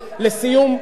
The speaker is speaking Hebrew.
לסיום,